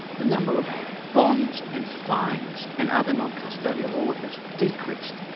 the number of bonds and fines and other non-custodial orders, decreased,